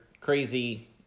crazy